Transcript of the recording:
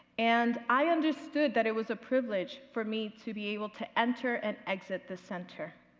and i understood that it was a privilege for me to be able to enter and exit the center.